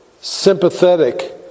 sympathetic